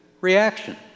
reaction